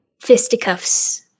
fisticuffs